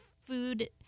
food